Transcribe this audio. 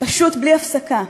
פשוט בלי הפסקה.